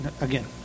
again